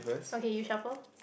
okay you shuffle